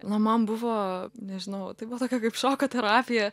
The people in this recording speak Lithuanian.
na man buvo nežinau tai buvo tokia kaip šoko terapija